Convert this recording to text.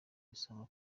asanga